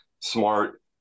smart